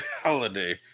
holiday